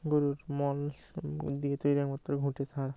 গরুর মল দিয়ে তৈরি একমাত্র ঘুঁটে ছাড়া